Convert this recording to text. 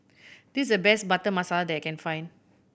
this is the best Butter Masala that I can find